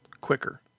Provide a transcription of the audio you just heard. quicker